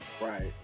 Right